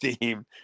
team